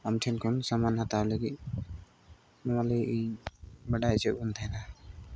ᱟᱢ ᱴᱷᱮᱱ ᱠᱷᱚᱱ ᱥᱟᱢᱟᱱ ᱦᱟᱛᱟᱣ ᱞᱟᱹᱜᱤᱫ ᱱᱚᱣᱟ ᱞᱟᱹᱜᱤᱫ ᱜᱤᱧ ᱵᱟᱰᱟᱭ ᱦᱚᱪᱚᱭᱮᱜ ᱵᱚᱱ ᱛᱟᱦᱮᱱᱟ